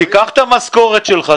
תיקח את המשכורת שלך,